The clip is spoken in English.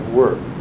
work